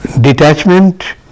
Detachment